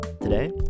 Today